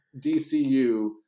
dcu